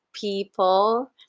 people